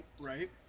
Right